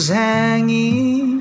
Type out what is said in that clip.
hanging